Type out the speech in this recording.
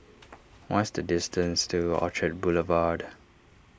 what is the distance to Orchard Boulevard